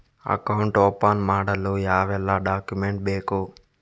Account open ಮಾಡಲು ಯಾವೆಲ್ಲ document ಬೇಕು?